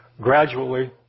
gradually